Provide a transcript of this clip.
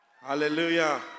Hallelujah